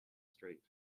strait